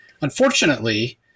Unfortunately